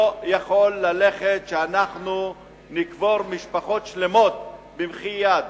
לא יכול להיות שאנחנו נקבור משפחות שלמות במחי יד.